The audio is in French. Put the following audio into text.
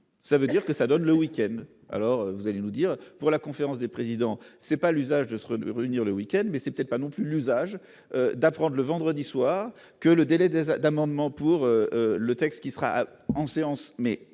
ça veut dire que ça donne le week-end, alors vous allez nous dire pour la conférence des présidents, c'est pas l'usage de s'redevenir le week-end, mais c'est peut-être pas non plus l'usage d'un probable vendredi soir que le délai des Adam rendement pour le texte qui sera en séance mais